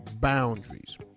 boundaries